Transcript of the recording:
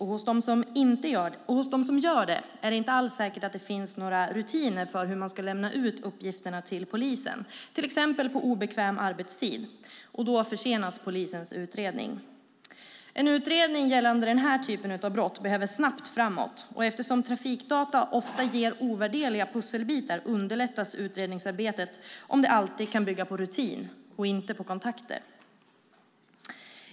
Hos dem som gör det är det inte alls säkert att det finns några rutiner för hur man ska lämna ut uppgifterna till polisen, till exempel på obekväm arbetstid. Då försenas polisens utredning. En utredning gällande denna typ av brott behöver komma snabbt framåt. Eftersom trafikdata ofta ger ovärderliga pusselbitar underlättas utredningsarbetet om det alltid kan bygga på rutin och inte på kontakter.